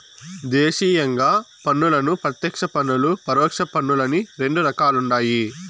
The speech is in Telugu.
దేశీయంగా పన్నులను ప్రత్యేక పన్నులు, పరోక్ష పన్నులని రెండు రకాలుండాయి